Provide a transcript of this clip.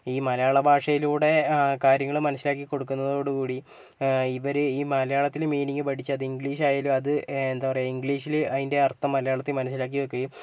ഈ മലയാള ഭാഷയിലൂടെ കാര്യങ്ങൾ മനസ്സിലാക്കി കൊടുക്കുന്നതോടുകൂടി ഇവർ ഈ മലയാളത്തിൽ മീനിങ് പഠിച്ച് അത് ഇംഗ്ലീഷ് ആയാലും അത് എന്താണ് പറയുക ഇംഗ്ലീഷിൽ അതിൻ്റെ അർത്ഥം മലയാളത്തിൽ മനസ്സിലാക്കി വയ്ക്കുകയും